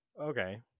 Okay